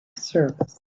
service